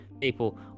people